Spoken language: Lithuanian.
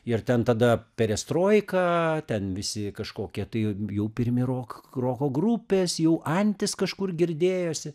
ir ten tada perestroika ten visi kažkokie tai jau pirmi rok roko grupės jau antis kažkur girdėjosi